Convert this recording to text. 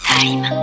Time